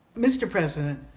mr. president,